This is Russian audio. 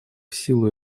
силу